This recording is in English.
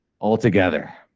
altogether